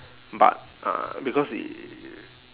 but uh because it